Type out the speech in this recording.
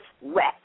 Wet